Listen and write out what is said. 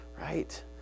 right